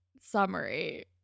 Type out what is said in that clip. summary